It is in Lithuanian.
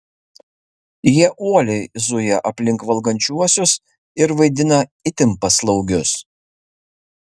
jie uoliai zuja aplink valgančiuosius ir vaidina itin paslaugius